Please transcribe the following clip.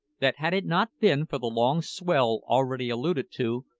that had it not been for the long swell already alluded to,